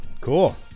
Cool